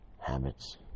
habits